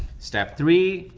step three,